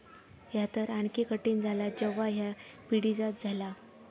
ह्या तर आणखी कठीण झाला जेव्हा ह्या पिढीजात झाला